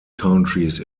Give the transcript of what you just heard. countries